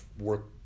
work